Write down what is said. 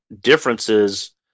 differences